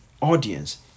audience